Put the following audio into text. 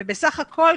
בסך-הכול,